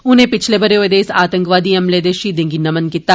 उनें पिछले बरे होए दे इस आतंकवादी हमले दे शहीदें गी नमन कीता